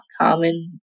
common